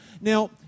Now